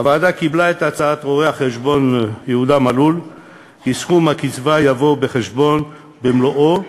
הוועדה קיבלה את הצעת רואה-חשבון מלול שסכום הקצבה יובא בחשבון במלואו,